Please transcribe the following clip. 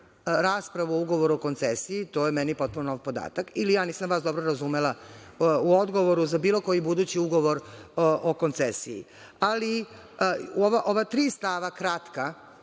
raspravu o ugovoru o koncesiji, to je meni potpuno nov podatak. Ili ja nisam vas dobro razumela u odgovoru za bilo koji budući ugovor o koncesiji? Ali, ova tri stava kratka